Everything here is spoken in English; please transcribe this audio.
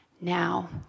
Now